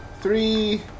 Three